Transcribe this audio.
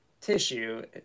tissue